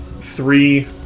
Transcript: three